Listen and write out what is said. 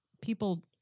people